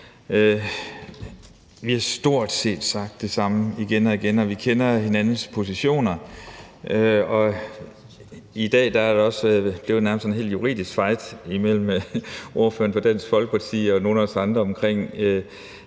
Vi har sagt stort set det samme igen og igen, og vi kender hinandens positioner. I dag har der også nærmest været sådan en hel juridisk fight imellem ordføreren for Dansk Folkeparti og nogle af os andre om,